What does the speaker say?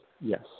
yes